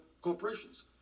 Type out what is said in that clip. corporations